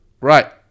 Right